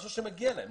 משהו שמגיע להם.